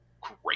great